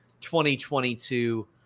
2022